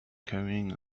carrying